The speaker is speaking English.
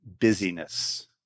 busyness